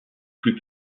plus